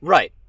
Right